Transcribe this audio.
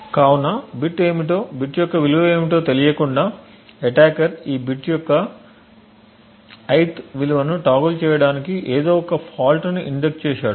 కాబట్టి బిట్ ఏమిటో బిట్ యొక్క విలువ ఏమిటో తెలియకుండా అటాకర్ ఈ బిట్ యొక్క ith విలువను టోగుల్ చేయడానికి ఏదో ఒక ఫాల్ట్ ని ఇంజెక్ట్ చేశాడు